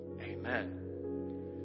Amen